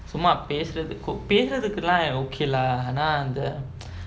சும்மா பேசுறதுக்கு பேசுறதுக்கு எல்லா:summa pesurathukku pesurathukku ellaa okay lah ஆனா அந்த:aanaa antha